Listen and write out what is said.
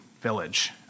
village